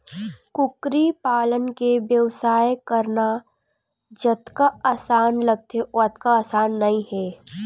कुकरी पालन के बेवसाय करना जतका असान लागथे ओतका असान नइ हे